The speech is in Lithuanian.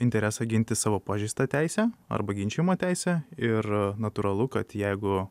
interesą ginti savo pažeistą teisę arba ginčijamą teisę ir natūralu kad jeigu